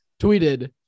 tweeted